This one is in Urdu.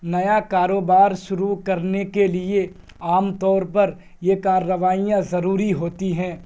نیا کاروبار شروع کرنے کے لیے عام طور پر یہ کارروائیاں ضروری ہوتی ہیں